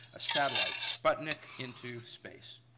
a satellite, sputnik, into space.